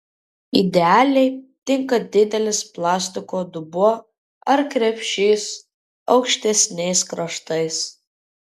idealiai tinka didelis plastiko dubuo ar krepšys aukštesniais kraštais